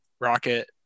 rocket